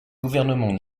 gouvernement